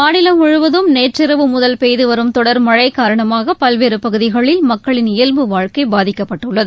மாநிலம் முழுவதும் நேற்றிரவு முதல் பெய்து வரும் தொடர் மழை காரணமாக பல்வேறு பகுதிகளில் மக்களின் இயல்பு வாழ்க்கை பாதிக்கப்பட்டுள்ளது